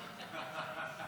תראה מי פה.